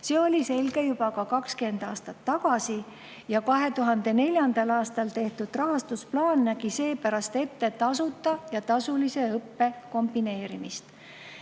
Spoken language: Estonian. See oli selge juba 20 aastat tagasi ja 2004. aastal tehtud rahastusplaan nägi seepärast ette tasuta ja tasulise õppe kombineerimist.